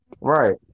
Right